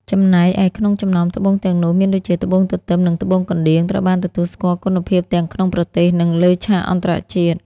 ចំណែកឯក្នុងចំណោមត្បូងទាំងនោះ មានដូចជាត្បូងទទឹម និងត្បូងកណ្តៀងត្រូវបានទទួលស្គាល់គុណភាពទាំងក្នុងប្រទេស និងលើឆាកអន្តរជាតិ។